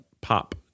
pop